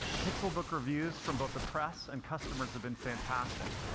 pixelbook reviews from both the press and customers have been fantastic.